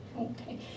Okay